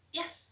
yes